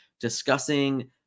discussing